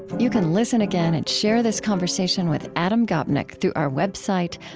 you can listen again and share this conversation with adam gopnik through our website,